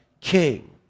king